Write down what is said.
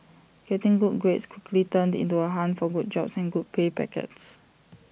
getting good grades quickly turned into the hunt for good jobs and good pay packets